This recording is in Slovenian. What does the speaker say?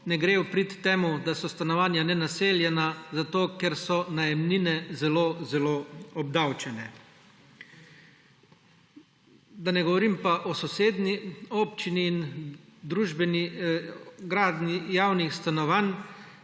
ne gre v prid temu, da so stanovanja nenaseljena, zato ker so najemnine zelo zelo obdavčene. Da ne govorim pa o sosednji občini in družbeni gradnji javnih stanovanj.